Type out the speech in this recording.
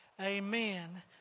Amen